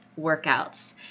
workouts